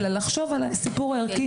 אלא לחשוב על הסיפור הערכי,